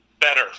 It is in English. better